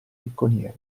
picconiere